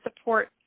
support